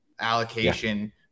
allocation